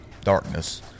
darkness